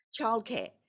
Childcare